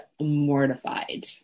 mortified